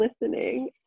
listening